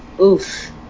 Oof